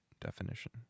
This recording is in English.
definition